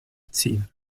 ziehen